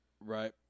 Right